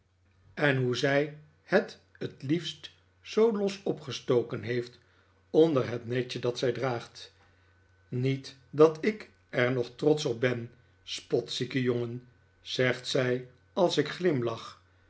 en hoe zij het t liefst zoo los opgestoken heeft onder het netje dat zij draagt niet dat ik er nu nog trotsch op ben spotzieke jongen zegt zij als ik